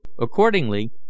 Accordingly